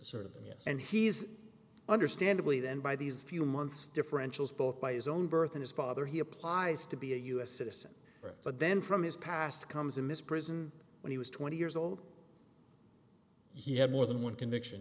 certain yes and he's understandably then by these few months differentials both by his own birth in his father he applies to be a us citizen but then from his past comes in this prison when he was twenty years old he had more than one conviction